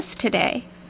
today